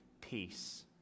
peace